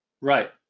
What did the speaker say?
Right